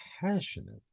passionate